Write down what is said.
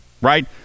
Right